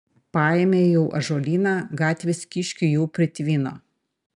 paėmė jau ąžuolyną gatvės kiškių jau pritvino